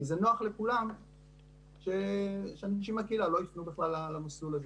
זה נוח לכולם שאנשים מהקהילה לא יפנו בכלל למסלול הזה.